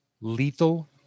Lethal